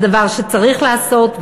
זה דבר שצריך להיעשות,